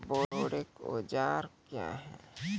बोरेक औजार क्या हैं?